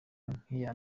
nk’iya